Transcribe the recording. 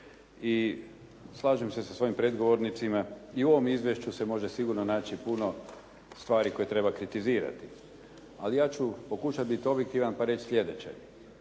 i slažem se sa svojim prethodnicima. I u ovom izvješću se može naći puno stvari koje treba kritizirati. Ali ja ću pokušati biti objektivan pa ću reći sljedeće.